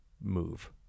move